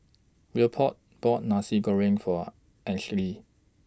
Leopold bought Nasi Goreng For Ansley